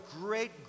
great